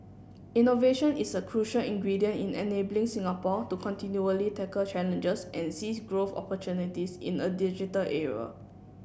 innovation is a crucial ingredient in enabling Singapore to continually tackle challenges and seize growth opportunities in a digital era